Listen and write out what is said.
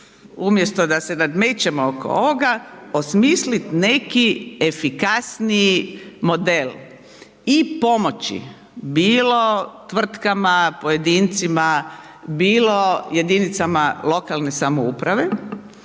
umjesto da se nadmećemo oko ovoga, osmislit neki efikasniji model i pomoći bilo tvrtkama, pojedincima, bilo jedinicama lokalne samouprave